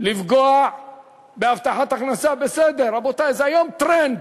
לפגוע בהבטחת הכנסה, בסדר, רבותי, זה היום טרנד.